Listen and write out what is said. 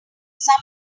some